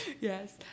Yes